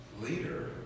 leader